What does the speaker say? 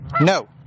No